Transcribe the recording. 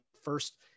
first